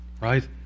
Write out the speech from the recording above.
Right